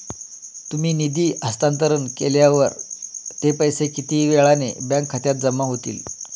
तुम्ही निधी हस्तांतरण केल्यावर ते पैसे किती वेळाने बँक खात्यात जमा होतील?